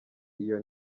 iyo